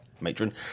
matron